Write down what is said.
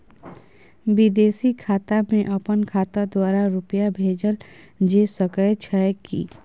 विदेशी खाता में अपन खाता द्वारा रुपिया भेजल जे सके छै की?